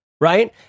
right